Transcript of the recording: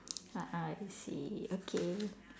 a'ah I see okay